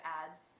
adds